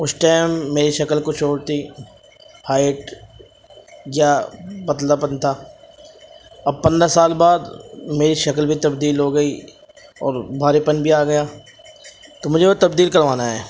اس time میری شکل کچھ اور تھی ہائٹ یا پتلاپن تھا اب پندرہ سال بعد میری شکل بھی تبدیل ہو گئی اور بھاری پن بھی آ گیا تو مجھے وہ تبدیل کروانا ہے